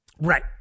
Right